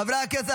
חברי הכנסת,